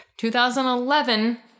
2011